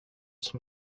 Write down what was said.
som